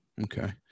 okay